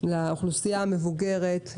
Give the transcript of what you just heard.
לאוכלוסייה המבוגרת,